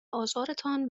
آزارتان